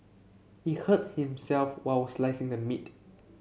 he hurt himself while slicing the meat